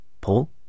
Paul